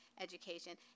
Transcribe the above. education